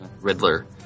Riddler